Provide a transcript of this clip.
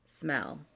smell